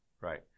Right